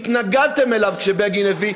התנגדתם לו כשבגין הביא,